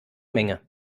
menge